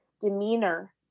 demeanor